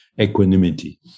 equanimity